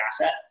asset